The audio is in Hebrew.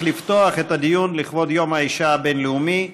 אני שמח לפתוח את הדיון לכבוד יום האישה הבין-לאומי,